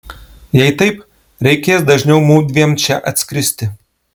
jei taip reikės dažniau mudviem čia atskristi